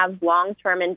long-term